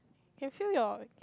can feel your